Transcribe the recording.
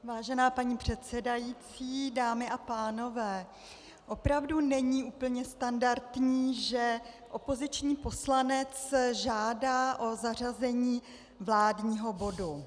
Vážená paní předsedající, dámy a pánové, opravdu není úplně standardní, že opoziční poslanec žádá o zařazení vládního bodu.